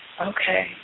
Okay